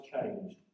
changed